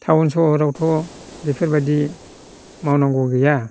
town सहरावथ' बेफोरबायदि मावनांगौ गैया